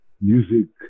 music